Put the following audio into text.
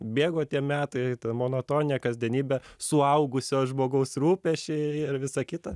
bėgo tie metai ta monotonija kasdienybė suaugusio žmogaus rūpesčiai ir visa kita